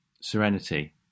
Serenity